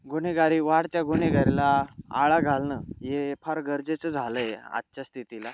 गुन्हेगारी वाढत्या गुन्हेगारीला आळा घालणं हे फार गरजेचं झालं आहे आजच्या स्थितीला